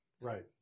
Right